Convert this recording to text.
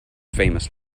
famous